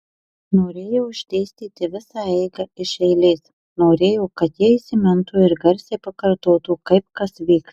norėjo išdėstyti visą eigą iš eilės norėjo kad ji įsimintų ir garsiai pakartotų kaip kas vyks